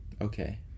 Okay